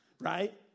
right